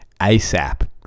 asap